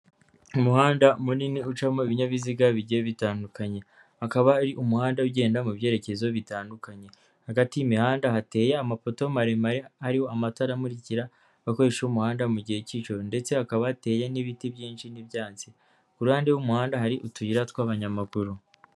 umuhanda munini ucamo ibinyabiziga bigiye bitandukanye akaba ari umuhanda ugenda mu byerekezo bitandukanye hagati y'imihanda hateye amapoto maremare ari amatara amurikira akoresha umuhanda mu gihe cy'ijoro ndetse hakaba yateye n'ibiti byinshi n'iibtsi ku ruhande rw'umuhanda hari utuyira tw'abanyamaguru